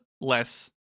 less